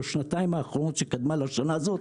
בשנתיים האחרונות שקדמה לשנה הזאת,